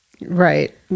Right